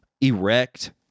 erect